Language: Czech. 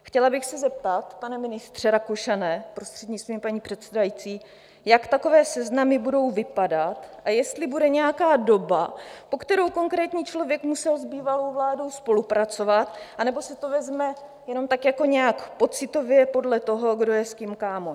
Chtěla bych se zeptat, pane ministře Rakušane, prostřednictvím paní předsedající, jak takové seznamy budou vypadat a jestli bude nějaká doba, po kterou konkrétní člověk musel s bývalou vládou spolupracovat, anebo se to vezme jenom tak jako nějak pocitově podle toho, kdo je s kým kámoš.